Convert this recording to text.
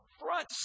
front